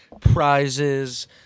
prizes